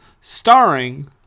starring